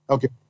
Okay